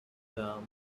them